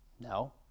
No